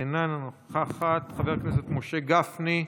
אינה נוכחת, חבר הכנסת משה גפני,